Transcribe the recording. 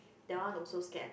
that one also scared